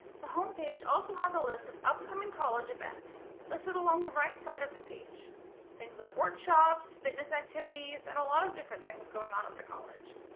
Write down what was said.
the homepage also has a list of upcoming college events listed along the right side of the page things like workshops, fitness activities, and a lot of different things going on at the college,